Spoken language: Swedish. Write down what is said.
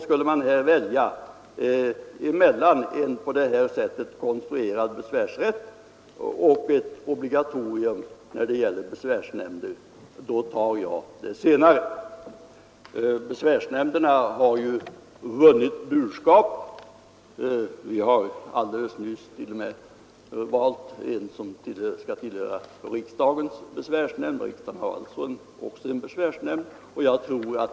Skall jag välja mellan en på detta sätt konstruerad besvärsrätt och ett obligatorium när det gäller besvärsnämnder, tar jag det senare. Besvärsnämnderna har ju vunnit burskap; vi har t.o.m. alldeles nyss valt en suppleant till riksdagens besvärsnämnd — riksdagen har alltså också en besvärsnämnd.